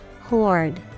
Horde